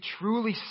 truly